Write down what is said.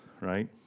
right